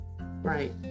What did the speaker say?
Right